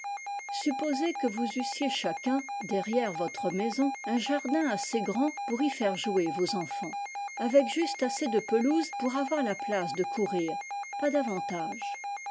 supposez que vous eussiez chacun derrière votre maison un jardin assez grand pour y faire jouer vos enfants avec juste assez de pelouse pour avoir la place de courir pas davantage